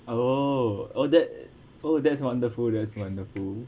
oh oh that oh that's wonderful that's wonderful